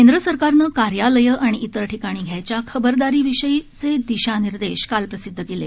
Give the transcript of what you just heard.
केंद्र सरकारने कार्यालयं आणि इतर ठिकाणी घ्यायच्या खबरदारीविषयी दिशानिर्देश काल प्रसिद्ध केले